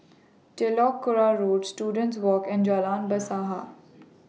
Telok Kurau Road Students Walk and Jalan Bahasa